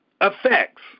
effects